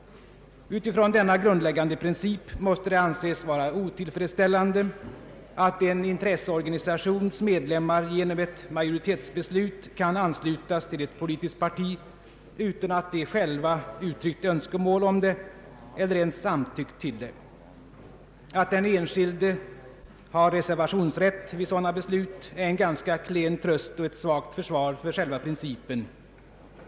Utifrån denna grundläggande princip måste det anses otillfredsställande att en intresseorganisations medlemmar genom ett majoritetsbeslut kan anslutas till ett politiskt parti utan att de själva uttryckt önskemål om det eller ens samtyckt därtill. Att den enskilde har reservationsrätt vid sådana beslut är en ganska klen tröst och ett svagt försvar för själva principen.